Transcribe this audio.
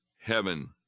heaven